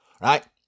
right